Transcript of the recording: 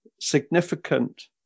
significant